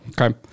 Okay